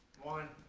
one.